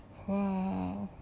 wow